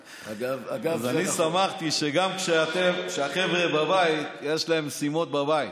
אני שמחתי שגם כשהחבר'ה בבית, יש להם משימות בבית.